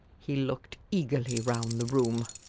he looked eagerly round the room.